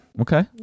Okay